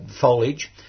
foliage